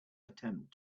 attempt